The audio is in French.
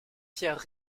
pierres